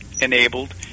enabled